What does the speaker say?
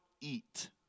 eat